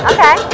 Okay